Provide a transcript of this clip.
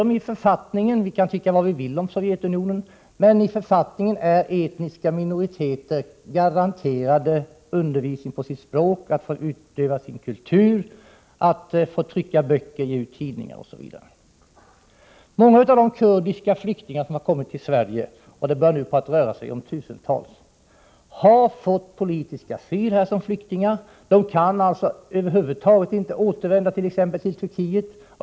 Enligt författningen där — vi kan tycka vad vi vill om Sovjetunionen — är etniska minoriteter garanterade undervisning på sitt språk, möjligheter att få utöva sin kultur, att få trycka böcker, att få ge ut tidningar osv. Många av de kurdiska flyktingar som har kommit till Sverige — det börjar nu röra sig om tusentals människor — har fått politisk asyl här som flyktingar. De kan alltså över huvud taget inte återvända tt.ex. till Turkiet.